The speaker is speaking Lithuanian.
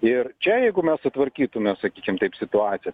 ir čia jeigu mes sutvarkytume sakykim taip situaciją